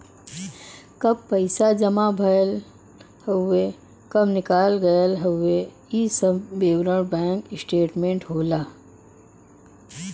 कब पैसा जमा भयल हउवे कब निकाल गयल हउवे इ सब विवरण बैंक स्टेटमेंट होला